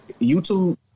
YouTube